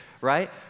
right